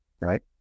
Right